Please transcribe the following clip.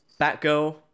Batgirl